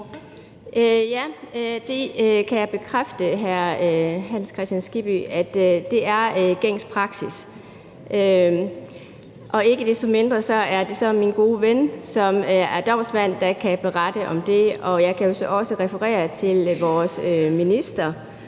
Kristian Skibby, altså at det er gængs praksis. Ikke desto mindre kan min gode ven, som er domsmand, berette om det. Jeg kan så også referere til vores minister